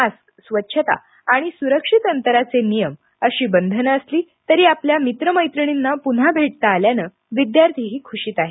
mask स्वच्छता आणि सुरक्षित अंतराचे नियम अशी बंधन असली तरी आपल्या मित्रमैत्रिणींना पुन्हा भेटता आल्यानं विद्यार्थीही ख्शीत आहेत